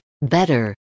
better